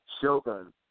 Shogun